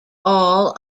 all